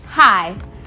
Hi